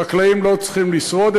חקלאים לא צריכים לשרוד,